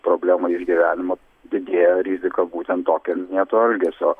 problema išgyvenimo didėja rizika būtent tokio minėto elgesio